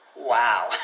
Wow